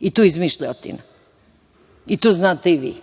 I to je izmišljotina. To znate i vi.